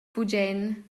bugen